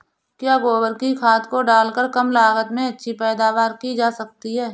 क्या गोबर की खाद को डालकर कम लागत में अच्छी पैदावारी की जा सकती है?